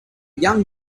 young